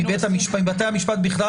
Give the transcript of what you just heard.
מבתי המשפט בכלל,